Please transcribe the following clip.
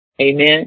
Amen